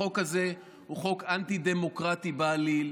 החוק הזה הוא חוק אנטי-דמוקרטי בעליל.